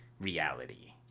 reality